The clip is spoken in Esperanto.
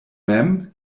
mem